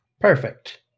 Perfect